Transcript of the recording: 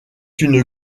une